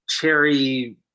cherry